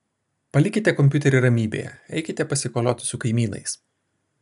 palikite kompiuterį ramybėje eikite pasikolioti su kaimynais